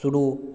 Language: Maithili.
शुरू